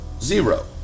Zero